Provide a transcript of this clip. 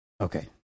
Okay